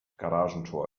garagentor